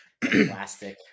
plastic